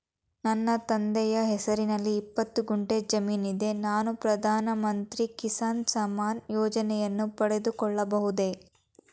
ನನ್ನ ತಂದೆಯ ಹೆಸರಿನಲ್ಲಿ ಇಪ್ಪತ್ತು ಗುಂಟೆ ಜಮೀನಿದೆ ನಾನು ಪ್ರಧಾನ ಮಂತ್ರಿ ಕಿಸಾನ್ ಸಮ್ಮಾನ್ ಯೋಜನೆಯನ್ನು ಪಡೆದುಕೊಳ್ಳಬಹುದೇ?